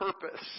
purpose